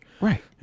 right